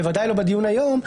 בוודאי לא בדיון היום,